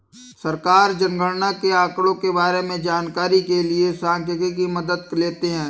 सरकार जनगणना के आंकड़ों के बारें में जानकारी के लिए सांख्यिकी की मदद लेते है